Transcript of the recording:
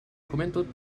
juventud